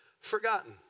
forgotten